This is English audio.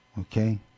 Okay